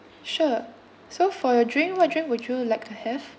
sure so for your drink what drink would you like to have